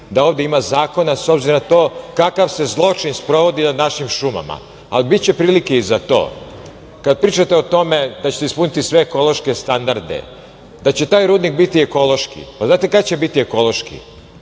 da ovde ima zakona, s obzirom na to kakav se zločin sprovodi nad našim šumama, ali biće prilike i za to. Kada pričate o tome da ćete ispuniti sve ekološke standarde, da će taj rudnik biti ekološki, pa da li znate kad će biti ekološki?